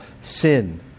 sin